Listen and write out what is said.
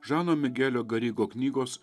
žano migelio garigo knygos